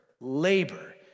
labor